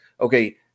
Okay